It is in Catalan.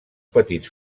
petits